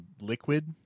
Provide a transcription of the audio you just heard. liquid